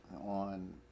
on